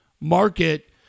market